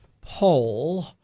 poll